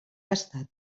gastar